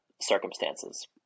circumstances